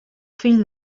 fill